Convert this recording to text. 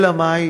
אלא מאי?